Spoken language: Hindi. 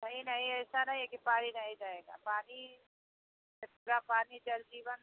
नहीं नहीं ऐसा नहीं है कि पानी नहीं जाएगा पानी ये पूरा पानी जल जीवन